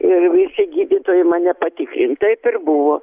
ir visi gydytojai mane patikint taip ir buvo